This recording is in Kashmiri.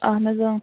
اَہَن حظ